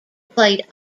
played